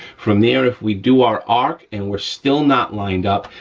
from there if we do our arc and we're still not lined up,